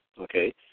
okay